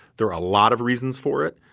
there are a lot of reasons for it.